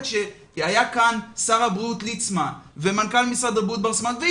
שר הבריאות ליצמן ומנכ"ל משרד הבריאות בר סימן טוב